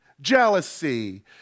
jealousy